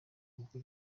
ubwo